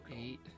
eight